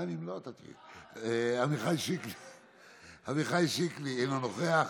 עמיחי שיקלי, אינו נוכח.